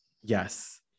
Yes